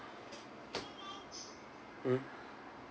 hmm